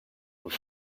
was